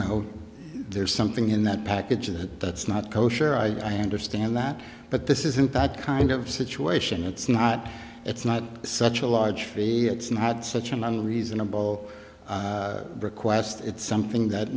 know there's something in that package that that's not kosher i understand that but this isn't that kind of situation it's not it's not such a large free it's not such an one reasonable request it's something that